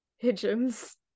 pigeons